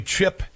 Chip